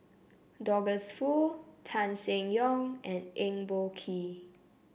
Douglas Foo Tan Seng Yong and Eng Boh Kee